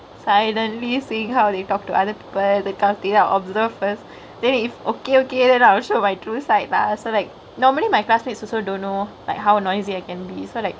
silently seeingk how they talked to other people that kind of thingk lah observe first then if okay okay then I'll show my true side lah so like normally my classmates also don't know like how noisy I can be so like